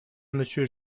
monsieur